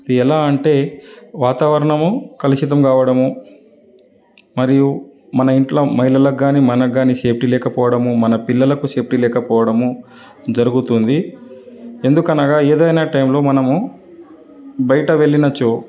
ఎలా అంటే వాతావరణము కలుషితం కావడము మరియు మన ఇంట్లో మహిళలకు కానీ మనకు కానీ సేఫ్టీ లేకపోవడం మన పిల్లలకు సేఫ్టీ లేకపోవడము జరుగుతుంది ఎందుకనగా ఏదైనా టైంలో మనము బయట వెళ్ళినచో